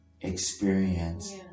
Experience